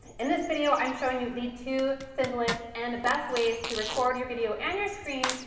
in this video i'm showing you the two simplest and the best ways to record your video and your screen.